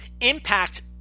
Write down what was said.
Impact